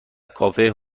کافه